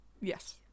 yes